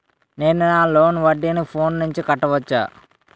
నేను నా లోన్ వడ్డీని ఫోన్ నుంచి కట్టవచ్చా?